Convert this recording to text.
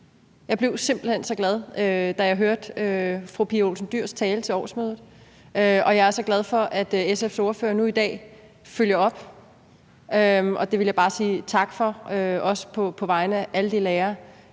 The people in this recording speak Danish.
Jeg blev simpelt hen så glad, da jeg hørte fru Pia Olsen Dyhrs tale til årsmødet, og jeg er så glad for, at SF's ordfører nu i dag følger op, og det vil jeg bare sige tak for, også på vegne af alle de lærere,